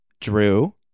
Drew